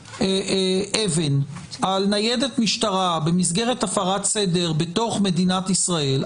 אבן על ניידת משטרה במסגרת הפרת סדר בתוך מדינת ישראל,